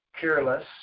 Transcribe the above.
careless